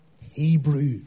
Hebrew